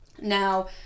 Now